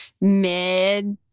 mid